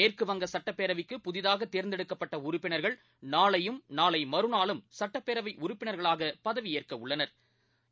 மேற்குவங்கசட்டப்பேரவைக்கு புதிதாகதேர்ந்தெடுக்கப்பட்டஉறுப்பினர்கள் நாளையும் நாளைமறுநாளும் சட்டப்பேரவைஉறுப்பினா்களாகபதவியேற்கவுள்ளனா்